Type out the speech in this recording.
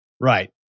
Right